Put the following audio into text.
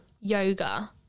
yoga